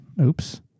Oops